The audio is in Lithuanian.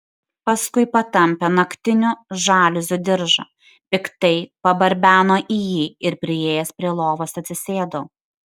paskui patampė naktinių žaliuzių diržą piktai pabarbeno į jį ir priėjęs prie lovos atsisėdo